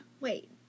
Wait